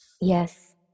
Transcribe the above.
Yes